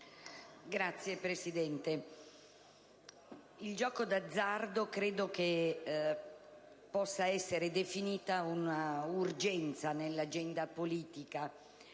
Signor Presidente, il gioco d'azzardo credo possa essere definito un'urgenza nell'agenda politica